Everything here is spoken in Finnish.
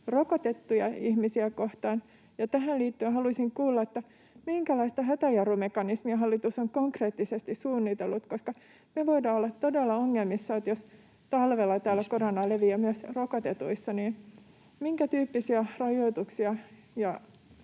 rokotettuja ihmisiä kohtaan, ja tähän liittyen haluaisin kuulla, minkälaista hätäjarrumekanismia hallitus on konkreettisesti suunnitellut, koska me voidaan olla todella ongelmissa, jos talvella täällä korona leviää myös rokotetuissa. Minkätyyppisiä rajoituksia